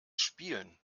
spielen